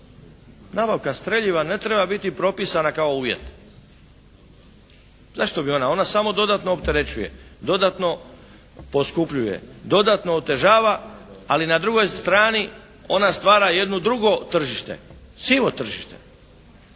Nabavka streljiva ne treba biti propisana kao uvjet. Zašto bi ona? Ona samo dodatno opterećuje, dodatno poskupljuje, dodatno otežava ali na drugoj strani ona stvara jedno drugo tržište, sivo tržište